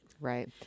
Right